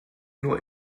nur